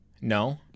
No